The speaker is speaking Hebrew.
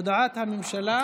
הודעת הממשלה